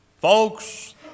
Folks